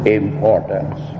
importance